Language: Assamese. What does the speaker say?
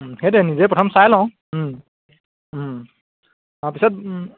সেইটোৱে নিজেই প্ৰথম চাই লওঁ তাৰপিছত